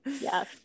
Yes